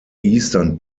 eastern